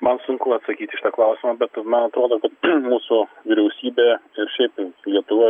man sunku atsakyt į šitą klausimą bet man atrodo kad mūsų vyriausybė ir šiaip lietuva